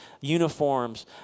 uniforms